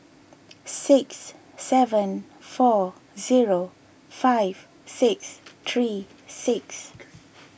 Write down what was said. six seven four zero five six three six